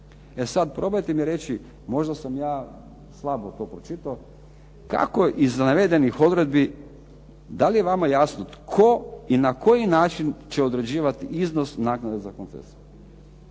E sad probajte mi reći, možda sam ja slabo to pročitao, kako iz navedenih odredbi, da li je vama jasno tko i na koji način će određivati iznos naknade za koncesiju.